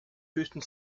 höchsten